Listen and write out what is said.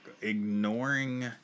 ignoring